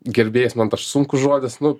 gerbėjas man tas sunkus žodis nu